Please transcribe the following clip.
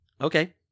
Okay